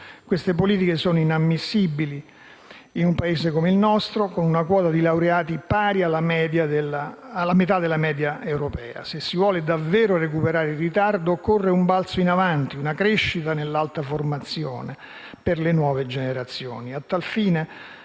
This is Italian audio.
Queste politiche sono inammissibili in un Paese come il nostro con una quota di laureati pari alla metà della media europea. Se si vuole davvero recuperare il ritardo occorre un balzo in avanti, una crescita dell'alta formazione per le nuove generazioni.